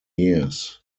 years